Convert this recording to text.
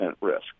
risk